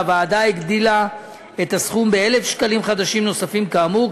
והוועדה הגדילה את הסכום ב-1,000 שקלים חדשים נוספים כאמור,